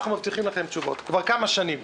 אנחנו מבטיחים לכם תשובות כבר כמה שנים.